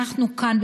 אנחנו כאן,